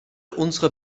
unserer